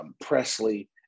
Presley